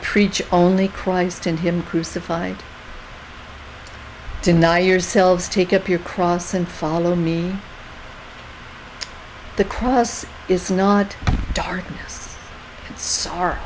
preach only christ in him crucified deny yourselves take up your cross and follow me the crust is not dark